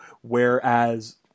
whereas